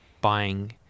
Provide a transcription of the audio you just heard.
buying